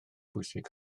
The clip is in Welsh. bwysig